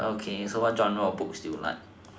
okay so what general books do you like